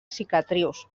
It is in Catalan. cicatrius